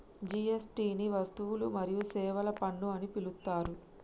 GST ని వస్తువులు మరియు సేవల పన్ను అని పిలుత్తారు